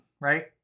right